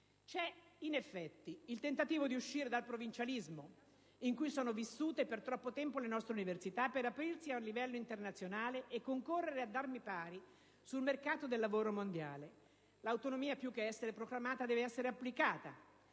In effetti, c'è il tentativo di uscire dal provincialismo in cui sono vissute per troppo tempo le nostre università, per aprirsi a livello internazionale e concorrere ad armi pari sul mercato del lavoro mondiale. L'autonomia deve essere applicata